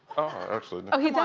absolutely. oh he does.